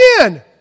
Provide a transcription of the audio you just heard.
again